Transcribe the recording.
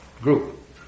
group